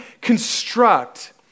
construct